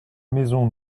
maisons